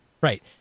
right